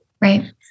Right